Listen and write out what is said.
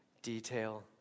Detail